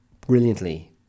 brilliantly